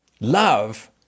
Love